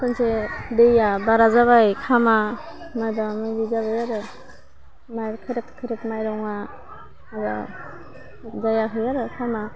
खनसे दैया बारा जाबाय ओंखामा मोजाङै जाबाय आरो माइ खोरोग खोरोग माइरङा आरो जायाखै आरो ओंखामा